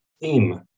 theme